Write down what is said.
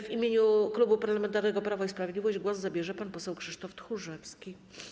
W imieniu Klubu Parlamentarnego Prawo i Sprawiedliwość głos zabierze pan poseł Krzysztof Tchórzewski.